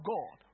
God